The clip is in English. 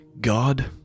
God